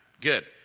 Good